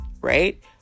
right